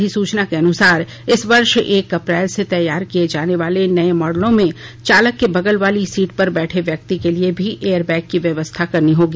अधिसूचना के अनुसार इस वर्ष एक अप्रैल से तैयार किए जाने वाले नये मॉडलों में चालक के बगल वाली सीट पर बैठे व्यक्ति के लिये भी एयर बैग की व्यवस्था करनी होगी